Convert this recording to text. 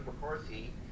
McCarthy